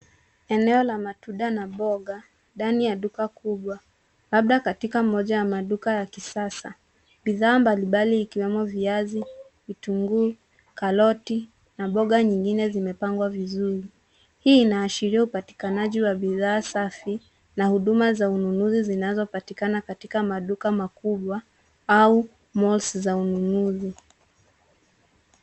Eneo la matunda na mboga ndani ya duka kubwa labda katika moja ya maduka ya kisasa ,bidhaa mbalimbali ikiwemo viazi vitunguu ,karoti na mboga nyingine zimepangwa vizuri hii inaashiria upatikanaji wa bidhaa safi na huduma za ununuzi zinazopatikana katika maduka makubwa au moles za ununuzi.